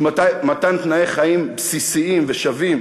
היא מתן תנאי חיים בסיסיים ושווים,